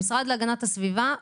המשרד להגנת הסביבה,